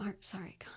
sorry